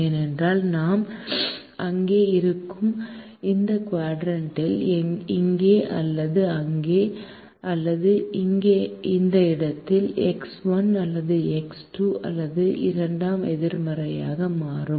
ஏனென்றால் இங்கே இருக்கும் இந்த குவாட்ரண்ட் ல் இங்கே அல்லது இங்கே அல்லது இந்த இடத்தில் எக்ஸ் 1 அல்லது எக்ஸ் 2 அல்லது இரண்டும் எதிர்மறையாக மாறும்